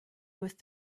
with